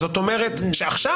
זאת אומרת שעכשיו,